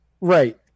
Right